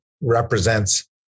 represents